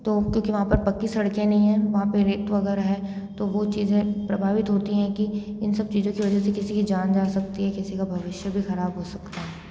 तो क्योंकि वहाँ पर पक्की सड़कें नही हैं वहाँ पे रेत वगैरह है तो वो चीज़ें प्रभावित होती हैं कि इन सब चीज़ों की वजह से किसी की जान जा सकती है किसी का भविष्य भी खराब हो सकता है